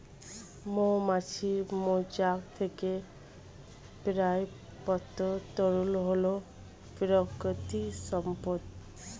মৌমাছির মৌচাক থেকে প্রাপ্ত তরল হল প্রাকৃতিক সম্পদ